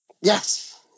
Yes